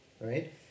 right